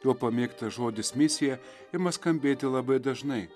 jo pamėgtas žodis misija ima skambėti labai dažnai